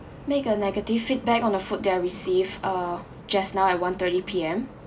make a negative feedback on the food that I received uh just now at one_thirty P_M